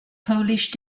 polish